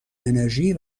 انرژی